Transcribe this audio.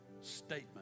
statement